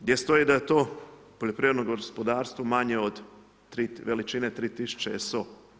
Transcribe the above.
Gdje stoji da je to poljoprivredno gospodarstvo manje od 3, veličine 3 tisuće SO?